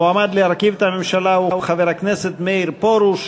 המועמד להרכיב את הממשלה הוא חבר הכנסת מאיר פרוש,